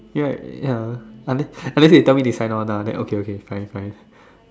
ya ya unless unless they tell me they sign on lah then okay okay it's fine it's fine